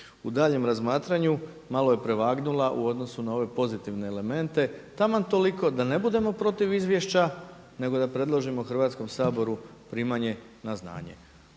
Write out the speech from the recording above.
u daljnjem razmatranju malo je prevagnula u odnosu na ove pozitivne elemente taman toliko da ne budemo protiv izvješća, nego da predložimo Hrvatskom saboru primanje na znanje.